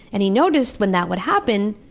and he noticed when that would happen,